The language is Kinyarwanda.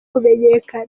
kumenyekana